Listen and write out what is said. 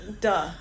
Duh